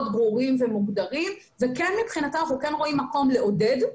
ברורים ומוגדרים וכן מבחינתנו אנחנו רואים מקום לעודד,